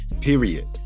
Period